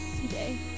today